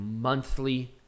monthly